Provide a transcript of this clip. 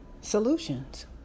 solutions